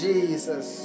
Jesus